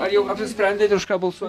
ar jau apsisprendėte už ką balsuoti